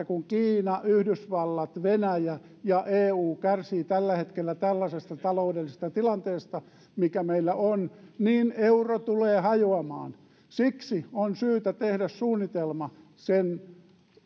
kun kiina yhdysvallat venäjä ja eu kärsivät tällä hetkellä tällaisesta taloudellisesta tilanteesta mikä meillä on euro tulee hajoamaan siksi on syytä tehdä suunnitelma